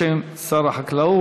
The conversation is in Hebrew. ישיב, בשם שר החקלאות,